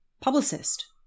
publicist